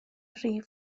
rif